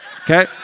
okay